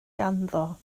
ganddo